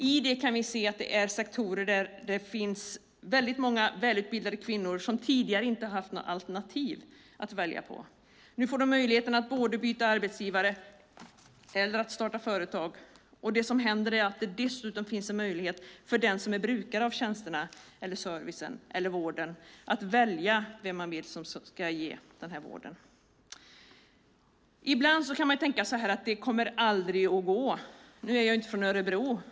Här kan vi se sektorer där det finns väldigt många välutbildade kvinnor som tidigare inte har haft något alternativ att välja på. Nu får de möjlighet att både byta arbetsgivare och att starta företag. Det som händer är att det dessutom finns en möjlighet för den som är brukare av tjänsterna, servicen eller vården att välja den man vill ska ge den här vården. Ibland kan man tänka att det aldrig kommer att gå. Nu är jag inte från Örebro.